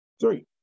Three